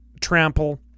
Trample